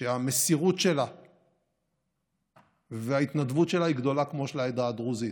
שהמסירות שלה וההתנדבות שלה היא גדולה כמו של העדה הדרוזית.